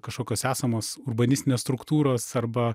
kažkokios esamos urbanistinės struktūros arba